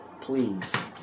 please